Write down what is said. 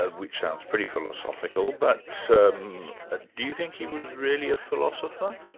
ah which sounds pretty philosophical, but so um ah do you think he was really a philosopher?